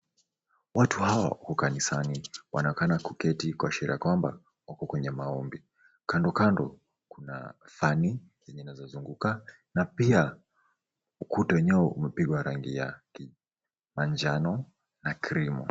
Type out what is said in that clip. Watu hawa wako kanisani, waonekana kuketi kuashiria kwamba wako kwenye maombi. Kandokando kuna fani zinazozunguka na pia ukuta wenyewe umepigwa rangi ya manjano na krimu.